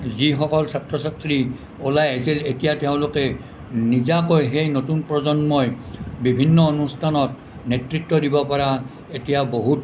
যিসকল ছাত্ৰ ছাত্ৰী ওলাই আহিছিল এতিয়া তেওঁলোকে নিজাকৈ সেই নতুন প্ৰজন্মই বিভিন্ন অনুষ্ঠানত নেতৃত্ব দিব পৰা এতিয়া বহুত